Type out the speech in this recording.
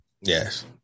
Yes